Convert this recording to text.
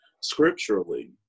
scripturally